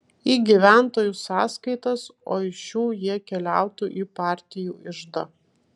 į gyventojų sąskaitas o iš šių jie keliautų į partijų iždą